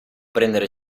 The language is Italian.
prendere